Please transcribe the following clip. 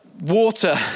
water